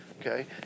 okay